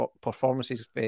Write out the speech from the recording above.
Performances